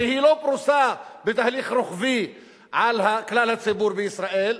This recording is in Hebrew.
שהיא לא פרוסה בתהליך רוחבי על כלל הציבור בישראל,